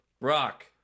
rock